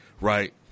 right